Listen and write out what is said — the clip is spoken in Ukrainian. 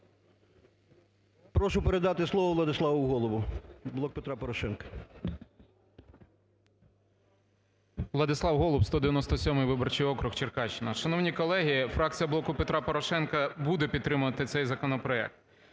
Прошу передати слово Владиславу Голубу, "Блок Петра Порошенка". 13:16:42 ГОЛУБ В.В. Владислав Голуб, 197 виборчий округ, Черкащина. Шановні колеги, фракція "Блоку Петра Порошенка" буде підтримувати цей законопроект.